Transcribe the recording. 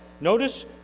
Notice